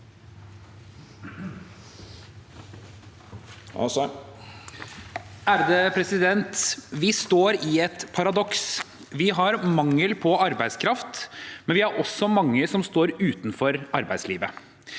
(H) Vi står i et paradoks. Vi har mangel på arbeidskraft, men vi har også mange som står utenfor arbeidslivet.